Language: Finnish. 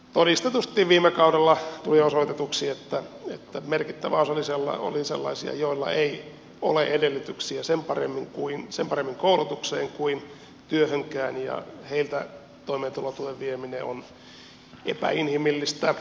porista nosti viime joihin edustaja pelkonen täällä viittasi merkittävä osa oli sellaisia joilla ei ole edellytyksiä sen paremmin koulutukseen kuin työhönkään ja heiltä toimeentulotuen vieminen on epäinhimillistä